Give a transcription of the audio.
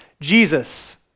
Jesus